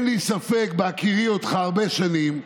אין לי ספק, בהכירי אותך הרבה שנים,